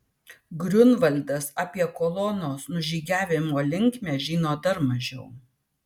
griunvaldas apie kolonos nužygiavimo linkmę žino dar mažiau